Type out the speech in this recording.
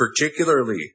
particularly